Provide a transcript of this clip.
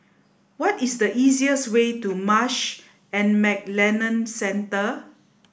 what is the easiest way to Marsh and McLennan Centre